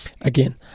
Again